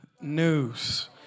news